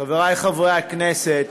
חבריי חברי הכנסת,